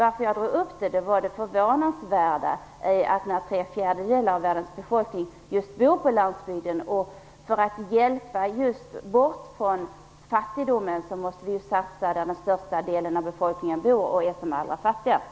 Att jag tog upp denna fråga beror på att tre fjärdedelar av befolkningen bor på landsbygden. För att hjälpa människorna bort från fattigdomen måste vi göra satsningarna där den största delen av befolkningen bor och där det är som allra fattigast.